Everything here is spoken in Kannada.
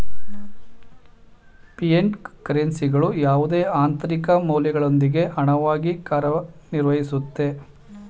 ಫಿಯೆಟ್ ಕರೆನ್ಸಿಗಳು ಯಾವುದೇ ಆಂತರಿಕ ಮೌಲ್ಯದೊಂದಿಗೆ ಹಣವಾಗಿ ಕಾರ್ಯನಿರ್ವಹಿಸುತ್ತೆ